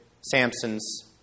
Samson's